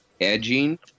edging